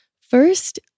First